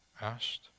asked